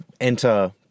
enter